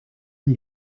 can